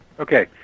Okay